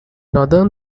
northern